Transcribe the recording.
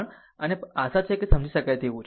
અને આશા છે કે આ સમજી શકાય તેવું છે